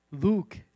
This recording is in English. Luke